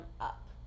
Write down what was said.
up